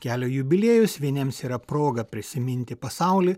kelio jubiliejus vieniems yra proga prisiminti pasaulį